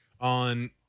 on